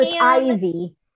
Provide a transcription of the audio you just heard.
ivy